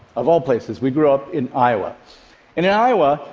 of all places. we grew up in iowa. and in iowa,